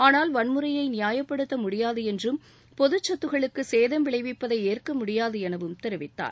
ஆனால் வன்முறையை நியாயப்படுத்த முடியாது என்றும் பொதுச்சொத்துகளுக்கு கேதம் விளைவிப்பதை ஏற்கமுடியாது எனவும் தெரிவித்தார்